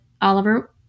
Oliver